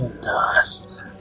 Dust